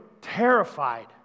terrified